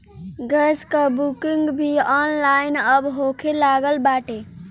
gas कअ booking भी online अब होखे लागल बाटे